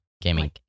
gaming